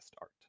art